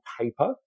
paper